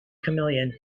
chameleon